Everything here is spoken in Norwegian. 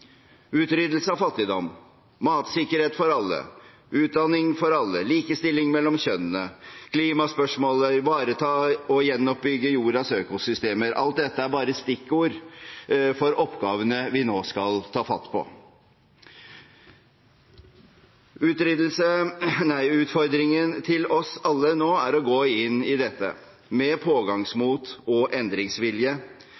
av fattigdom, matsikkerhet for alle, utdanning for alle, likestilling mellom kjønnene, klimaspørsmålet, ivareta og gjenoppbygge jordas økosystemer – alt dette er bare stikkord for oppgavene vi nå skal ta fatt på. Utfordringen til oss alle nå er å gå inn i dette med pågangsmot og endringsvilje